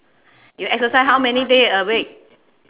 you exercise how many day a week